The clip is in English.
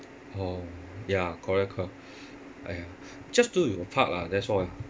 orh ya correct cor~ !aiya! just do your part lah that's all